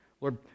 Lord